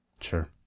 Sure